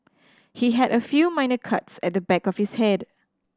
he had a few minor cuts at the back of his head